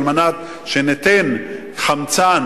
על מנת שניתן חמצן